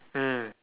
mm